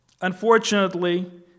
Unfortunately